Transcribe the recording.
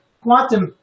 quantum